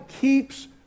keeps